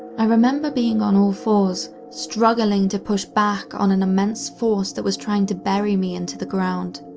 i remember being on all fours, struggling to push back on an immense force that was trying to bury me into the ground.